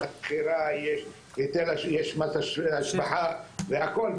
ובבחירה יש יותר השבחה והכל,